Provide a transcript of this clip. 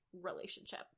relationship